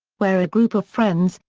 where a group of friends,